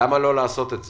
למה לא לעשות את זה?